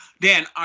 Dan